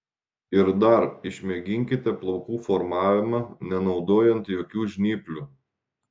ir dar išmėginkite plaukų formavimą nenaudojant jokių žnyplių